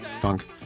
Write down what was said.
funk